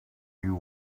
you